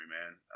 man